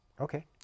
okay